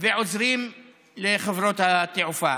ועוזרים לחברות התעופה.